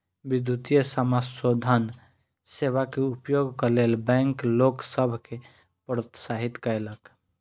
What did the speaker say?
विद्युतीय समाशोधन सेवा के उपयोगक लेल बैंक लोक सभ के प्रोत्साहित कयलक